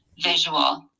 visual